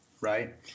right